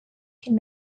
can